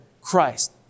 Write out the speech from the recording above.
Christ